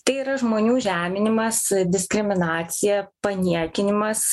tai yra žmonių žeminimas diskriminacija paniekinimas